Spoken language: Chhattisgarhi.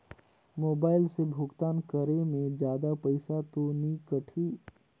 मोबाइल से भुगतान करे मे जादा पईसा तो नि कटही?